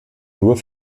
nur